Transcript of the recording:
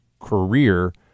career